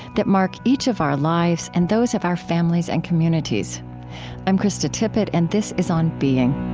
that mark each of our lives and those of our families and communities i'm krista tippett, and this is on being